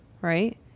right